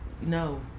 no